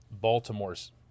Baltimore's